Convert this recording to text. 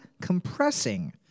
compressing